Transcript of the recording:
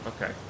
okay